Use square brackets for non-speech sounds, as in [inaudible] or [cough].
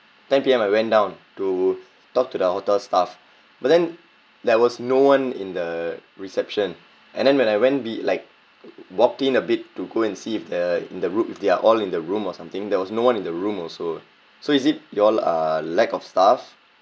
ten P_M I went down to talk to the hotel staff but then there was no one in the reception and then when I went be like [noise] walking in a bit to go and see if they're in the room if they're all in the room or something there was no one in the room also so is it you all uh lack of staff